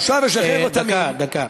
דקה, דקה.